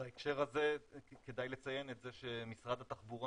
בהקשר הזה כדאי לציין את זה שמשרד התחבורה